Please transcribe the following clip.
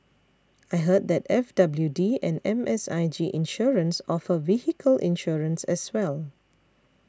I heard that F W D and M S I G Insurance offer vehicle insurance as well